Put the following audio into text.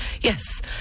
Yes